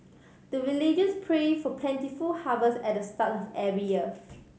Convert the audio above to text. the villagers pray for plentiful harvest at the start of every year